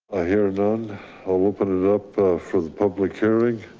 hear none. i'll open it up for the public. hearing.